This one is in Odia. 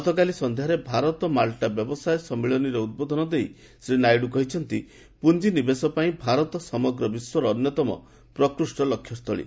ଗତକାଲି ସନ୍ଧ୍ୟାରେ ଭାରତ ମାଲ୍ଟା ବ୍ୟବସାୟ ସମ୍ମିଳନୀରେ ଉଦ୍ବୋଧନ ଦେଇ ଶ୍ରୀ ନାଇଡୁ କହିଛନ୍ତି ପୁଞ୍ଜି ନିବେଶ ପାଇଁ ଭାରତ ସମଗ୍ର ବିଶ୍ୱର ଅନ୍ୟତମ ପ୍ରକୃଷ୍ଟ ଲକ୍ଷ୍ୟସ୍ଥଳୀ